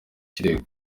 kirego